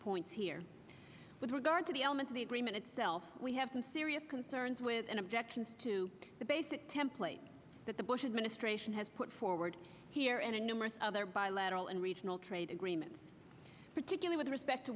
points here with regard to the element of the agreement itself we have some serious concerns with an objection to the basic template that the bush administration has put forward here and in numerous other bilateral and regional trade agreements particular with respect to